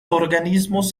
organismos